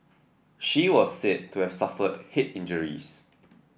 she was said to have suffered head injuries